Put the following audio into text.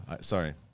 Sorry